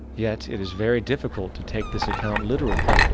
yet it is very difficult to take this account literally,